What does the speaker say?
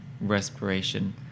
Respiration